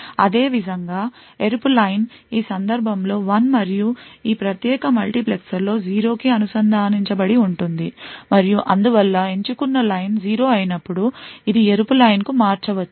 అదేవిధంగా ఎరుపు లైన్ ఈ సందర్భంలో 1 మరియు ఈ ప్రత్యేక మల్టీప్లెక్సర్లో 0 కి అనుసంధానించబడి ఉంటుంది మరియు అందువల్ల ఎంచుకున్న లైన్ 0 అయినప్పుడు ఇది ఎరుపు లైన్ కు మారవచ్చును